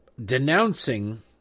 denouncing